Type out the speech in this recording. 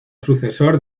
sucesor